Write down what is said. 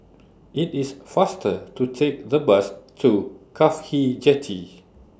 IT IS faster to Take The Bus to Cafhi Jetty